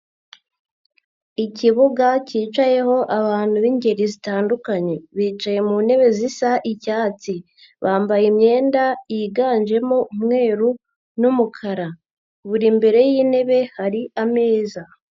Ikibuga cyicayeho abantu b'ingeri zitandukanye bicaye mu ntebe zisa icyatsi, bambaye imyenda yiganjemo umweru n'umukara, buri mbere y'intebe hari ameza.